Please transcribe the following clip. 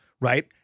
right